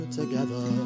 together